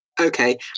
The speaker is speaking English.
Okay